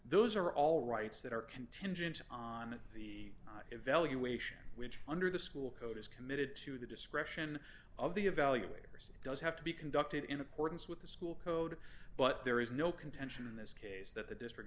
those are all rights that are contingent on the evaluation which under the school code is committed to the discretion of the evaluators it does have to be conducted in accordance with the school code but there is no contention in this case that the district